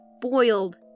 boiled